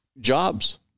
jobs